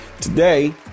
today